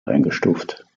eingestuft